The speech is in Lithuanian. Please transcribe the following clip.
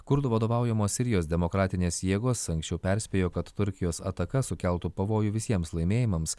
kurdų vadovaujamos sirijos demokratinės jėgos anksčiau perspėjo kad turkijos ataka sukeltų pavojų visiems laimėjimams